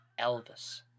Elvis